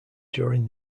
during